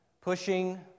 pushing